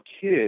kid